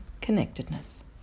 connectedness